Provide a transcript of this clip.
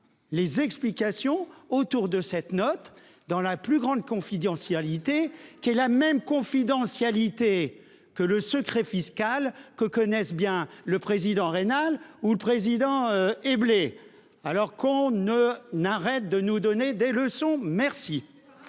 Les explications autour de cette note dans la plus grande confidentialité qui est la même confidentialité. Que le secret fiscal que connaissent bien le président Reynal ou le président et blé. Alors qu'on ne n'arrêtent de nous donner des leçons. Merci.